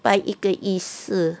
拜一个意思